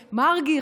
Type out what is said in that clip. ומרגי,